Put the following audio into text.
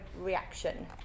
reaction